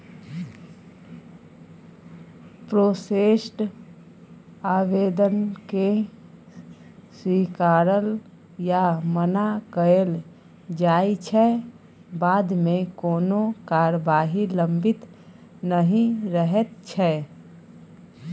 processed आबेदनकेँ स्वीकारल या मना कएल जाइ छै बादमे कोनो कारबाही लंबित नहि रहैत छै